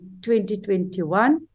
2021